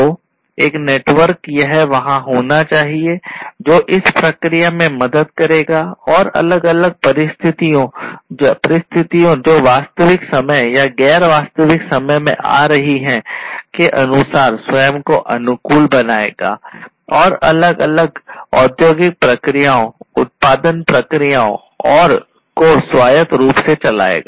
तो एक नेटवर्क यह वहाँ होना चाहिए जो इस प्रक्रिया में मदद करेगा और अलग अलग परिस्थितियों जो वास्तविक समय या गैर वास्तविक समय में आ रहे हैं के अनुसार स्वयं को अनुकूल बनाएगा और अलग अलग औद्योगिक प्रक्रियाओं उत्पादन प्रक्रियाओं को स्वायत्त रूप से चलाएगा